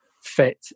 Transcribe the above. fit